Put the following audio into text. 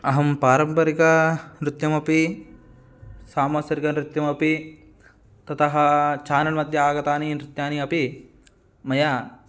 अहं पारम्परिकं नृत्यमपि सांसर्गनृत्यमपि ततः चानल्मध्ये आगतानि नृत्यानि अपि मया